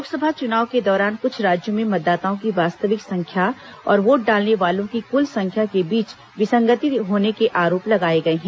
लोकसभा चुनाव के दौरान कुछ राज्यों में मतदाताओं की वास्तविक संख्या और वोट डालने वालों की कुल संख्या के बीच विसंगति होने के आरोप लगाए गए हैं